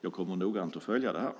Jag kommer noggrant att följa det här.